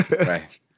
Right